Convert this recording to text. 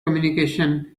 communication